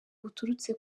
buturutse